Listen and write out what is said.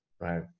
right